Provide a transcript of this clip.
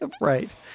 Right